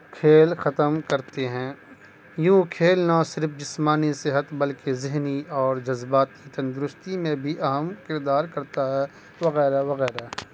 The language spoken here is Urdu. کھیل ختم کرتے ہیں یوں کھیل نہ صرف جسمانی صحت بلکہ ذہنی اور جذباتی تندرستی میں بھی اہم کردار کرتا ہے وغیرہ وغیرہ